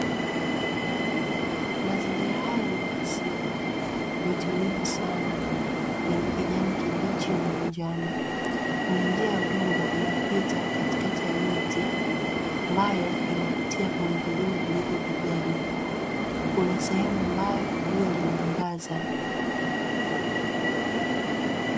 Mazingira haya ni ya asili, ni tulivu sana, yenye kijani kibichi na manjano. Kuna njia ya udongo inayopita katikati ya miti ambayo inapitia kwenye vilima vilivyo kijani. Kuna sehemu ambayo jua linaangaza.